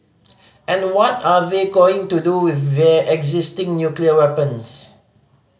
and what are they going to do with their existing nuclear weapons